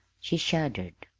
she shuddered.